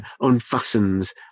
unfastens